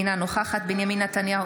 אינה נוכחת בנימין נתניהו,